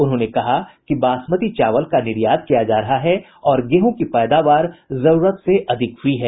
उन्होंने कहा कि बासतमी चावल का निर्यात किया जा रहा और गेहूं की पैदावार जरुरत से अधिक हुई है